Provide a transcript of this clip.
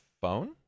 phone